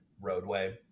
roadway